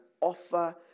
offer